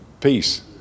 peace